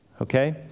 okay